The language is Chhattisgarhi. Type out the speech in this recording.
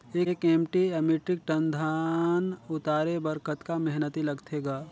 एक एम.टी या मीट्रिक टन धन उतारे बर कतका मेहनती लगथे ग?